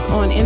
on